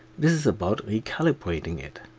this is about re-calibrating it.